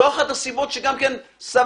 זו אחת הסיבות שסברתי,